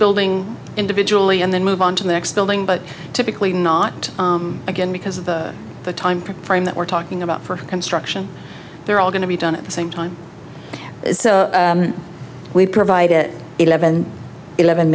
building individually and then move on to the next building but typically not again because of the time frame that we're talking about for construction they're all going to be done at the same time so we provide it eleven eleven